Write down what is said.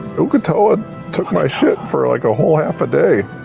uk'otoa took my shit for like a whole half a day.